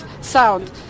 sound